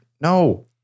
no